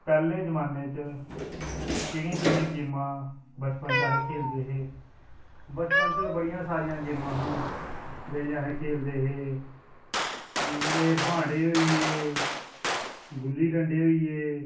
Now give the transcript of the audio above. पहले जमाने च केडियां केह्डि़यां गेमा बचपन च अस खेलदे बचपन बडि़यां गेमा जेहडि़यां अस खेलदे है बांह्टे होई गे गुल्ली डंडे होई गे